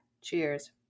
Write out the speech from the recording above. Cheers